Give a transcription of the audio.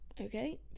okay